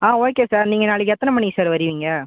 ஆ okay sir நீங்கள் நாளைக்கு எத்தனை மணிக்கு சார் வருவீங்க